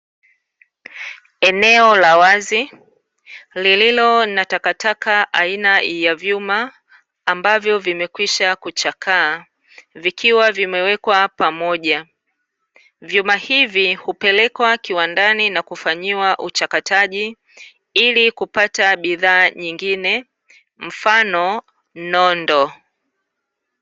Eneo la wazi lililo na takataka aina ya vyuma ambavyo vimekwisha kuchakaa, vikiwa vimewekwa pamoja. Vyuma hivi hupelekwa kiwandani na kufanyiwa uchakataji, ili kupata bidhaa nyingine, mfano nondo.